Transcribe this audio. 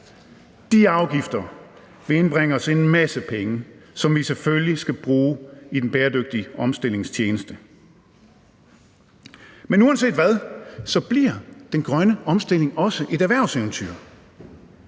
De afgifter vil indbringe os en masse penge, som vi selvfølgelig skal bruge i den bæredygtige omstillings tjeneste. Men uanset hvad, bliver den grønne omstilling også et erhvervseventyr,